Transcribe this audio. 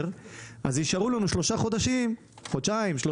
אז יישארו לנו חודשיים-שלושה